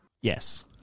Yes